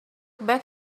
back